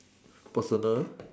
personal